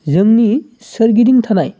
जोंनि सोरगिदिं थानाय